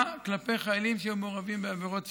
כלפי חיילים שמעורבים בעבירות סמים.